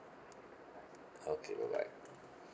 okay bye bye